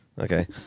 Okay